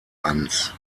ans